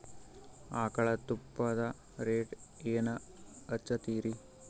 ಆಕಳ ತುಪ್ಪದ ರೇಟ್ ಏನ ಹಚ್ಚತೀರಿ?